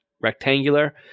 rectangular